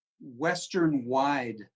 Western-wide